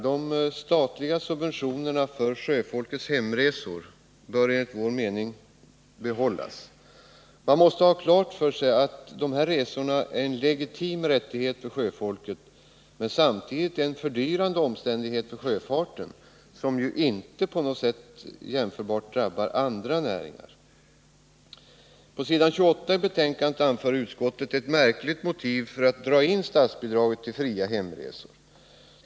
De statliga subventionerna för sjöfolkets hemresor bör enligt vår mening behållas. Man måste ha klart för sig att dessa resor är en legitim rättighet för sjöfolket, men samtidigt en fördyrande omständighet för sjöfarten som inte har motsvarighet hos andra näringar. På s. 28 i betänkande anför utskottet ett märkligt motiv för att dra in statsbidraget till fria hemresor.